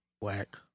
Whack